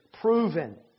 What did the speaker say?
proven